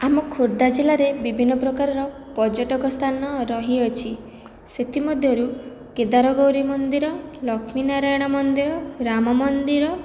ଆମ ଖୋର୍ଦ୍ଧା ଜିଲ୍ଲାରେ ବିଭିନ୍ନ ପ୍ରକାରର ପର୍ଯ୍ୟଟକ ସ୍ଥାନ ରହିଅଛି ସେଥିମଧ୍ୟରୁ କେଦାରଗୌରୀ ମନ୍ଦିର ଲକ୍ଷ୍ମୀ ନାରାୟଣ ମନ୍ଦିର ରାମ ମନ୍ଦିର